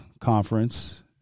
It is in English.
conference